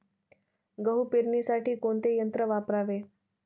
गहू पेरणीसाठी कोणते यंत्र वापरावे?